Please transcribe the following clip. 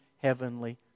heavenly